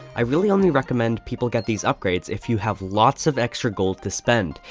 i really only recommend people get these upgrades if you have lots of extra gold to spend.